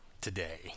today